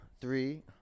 three